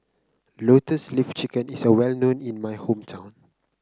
Lotus Leaf Chicken is a well known in my hometown